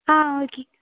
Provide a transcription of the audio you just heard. ஆ okay